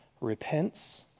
repents